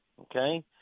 okay